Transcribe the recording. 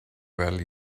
well